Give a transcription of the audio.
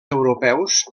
europeus